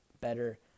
better